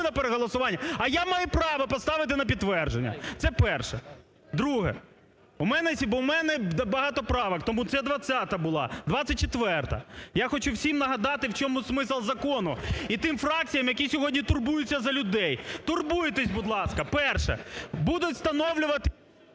на переголосування, а я маю право поставити на підтвердження. Це перше. Друге. У мене багато правок. Тому це 20-а була. 24-а, я хочу всім нагадати, в чому смисл закону. І тим фракціям, які сьогодні турбуються за людей. Турбуйтесь, будь ласка. Перше. Будуть встановлювати…